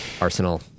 Arsenal